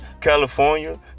California